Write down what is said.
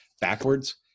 backwards